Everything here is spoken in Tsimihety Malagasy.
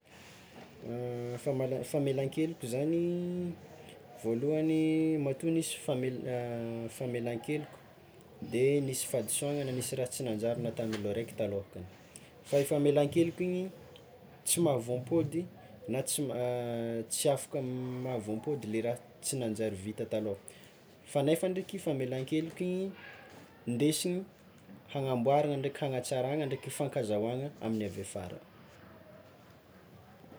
Famala- famelan-keloky zany voalohany matoa nisy famela- famelan-keloka nisy fahadisoana na nisy raha tsy nanjary nataon'olo araiky taloha akany fa i famelan-keloka igny tsy mahavoampody na tsy ma- tsy afaka mahavoampody le raha tsy nanjary vita talôha fa nefany ndraiky famelan-keloka igny ndesiny hagnamboarana ndraiky hagnatsaragna ndraiky hifankazahoagna amin'ny avy afara.